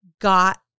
got